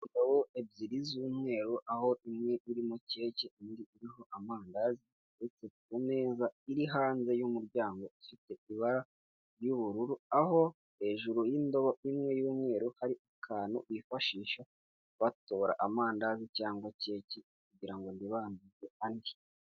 Indobo ebyiri z'umweru, aho imwe irimo keke, indi iriho amandazi, iretse ku meza iri hanze y'umuryango. Ifite ibara ry'ubururu, aho hejuru y'indobo imwe y'umweru hari akantu bifashisha batobora amandazi cyangwa keke kugira ngo ntibanduze andi.